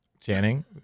Channing